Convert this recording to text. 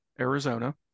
Arizona